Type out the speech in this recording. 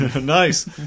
Nice